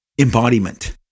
embodiment